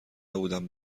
نبودم